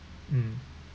mm